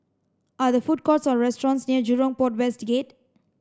are the food courts or restaurants near Jurong Port West Gate